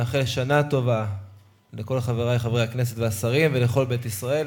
נאחל שנה טובה לכל חברַי חברי הכנסת והשרים ולכל בית ישראל.